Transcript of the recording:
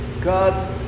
God